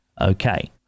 okay